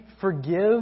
forgive